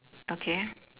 okay